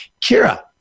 Kira